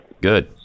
Good